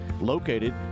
located